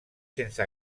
sense